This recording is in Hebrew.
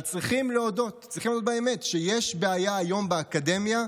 אבל צריכים להודות על האמת: יש בעיה היום באקדמיה